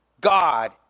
God